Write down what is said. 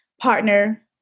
partner